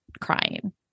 crying